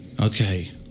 Okay